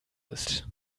ist